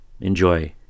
Enjoy